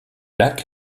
lac